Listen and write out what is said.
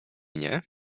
nie